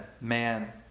man